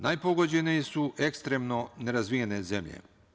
Najpogođenije su ekstremno nerazvijene zemlje.